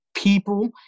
people